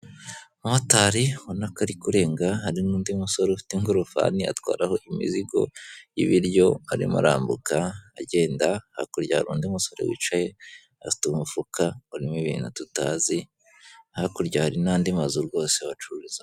Umumotari ubona ko ari kurenga hari n'undi musore ufite ingorofani atwaraho imizigo y'ibiryo arimo arambuka agenda, hakurya hari undi musore wicaye afite umufuka urimo ibintu tutazi hakurya hari n'andi mazu rwose bacururizamo.